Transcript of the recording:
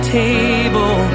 table